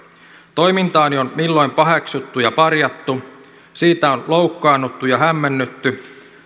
toimintaani on milloin paheksuttu ja parjattu siitä on loukkaannuttu ja hämmennytty